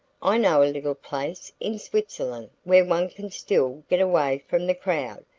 i know a little place in switzerland where one can still get away from the crowd,